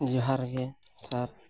ᱡᱚᱦᱟᱨ ᱜᱮ ᱥᱟᱨ